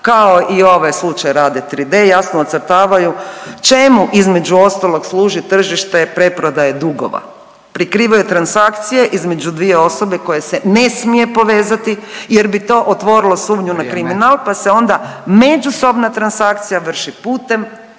kao i ovaj slučaj Rade 3D jasno ocrtavaju čemu između ostalog služi tržište preprodaje dugova, prikrivaju transakcije između dvije osobe koje se ne smije povezati jer bi to otvorilo sumnju na …/Upadica Radin: Vrijeme./… kriminal pa se onda međusobna transakcija vrši putem